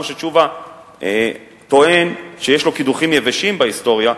כמו שתשובה טוען שיש לו קידוחים יבשים בהיסטוריה,